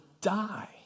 die